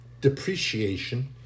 Depreciation